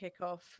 kickoff